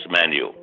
menu